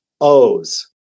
O's